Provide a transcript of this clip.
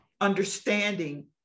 understanding